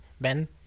Ben